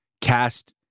cast